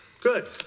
Good